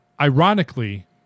ironically